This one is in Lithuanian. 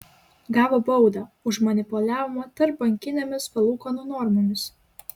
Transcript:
gavo baudą už manipuliavimą tarpbankinėmis palūkanų normomis